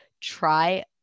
try